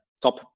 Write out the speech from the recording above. top